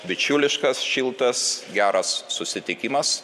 bičiuliškas šiltas geras susitikimas